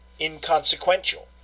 inconsequential